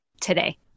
today